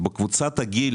בקבוצת הגיל